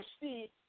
see